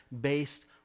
based